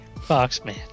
Foxman